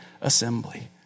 assembly